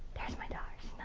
there's my daughter,